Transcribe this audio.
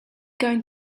going